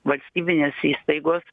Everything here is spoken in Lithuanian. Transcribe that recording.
valstybinės įstaigos